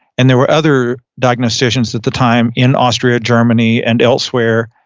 and there were other diagnosticians at the time in austria, germany, and elsewhere,